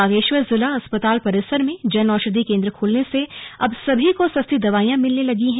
बागेश्वर जिला अस्पताल परिसर में जन औषधि केंद्र खुलने से अब सभी को सस्ती दवाइयां मिलने लगी हैं